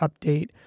update